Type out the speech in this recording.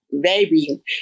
baby